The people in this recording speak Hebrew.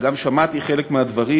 וגם שמעתי חלק מהדברים